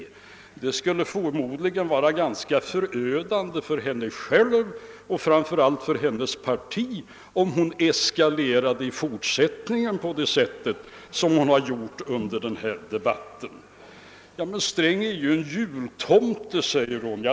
Förmodligen skulle det vara ganska förödande både för henne, och framför allt för hennes parti, om hon i fortsättningen eskalerar på det sätt som hon gjort under den här debatten. Sträng är ju en jultomte, säger hon.